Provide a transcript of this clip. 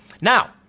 Now